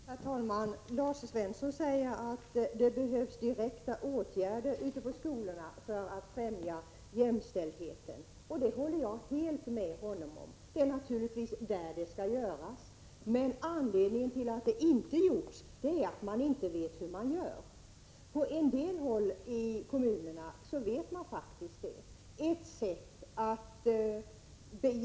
Herr talman! Lars Svensson säger att det behövs direkta åtgärder ute på skolorna för att främja jämställdheten, och det håller jag helt med honom om. Det är naturligtvis där det skall göras. Anledningen till att det inte gjorts är att man på skolorna inte vet hur man skall göra. På en del håll i kommunerna vet man faktiskt hur man skall bära sig åt.